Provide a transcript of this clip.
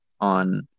on